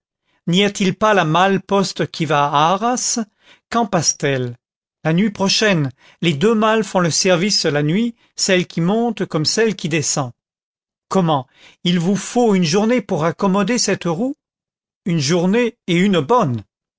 n'y a-t-il pas la malle-poste qui va à arras quand passe t elle la nuit prochaine les deux malles font le service la nuit celle qui monte comme celle qui descend comment il vous faut une journée pour raccommoder cette roue une journée et une bonne